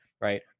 right